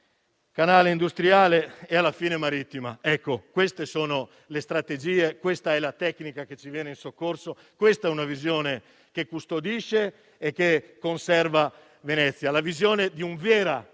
canale industriale e, alla fine, Marittima: queste sono le strategie, questa è la tecnica che ci viene in soccorso, questa è una visione che custodisce e conserva Venezia: la visione veramente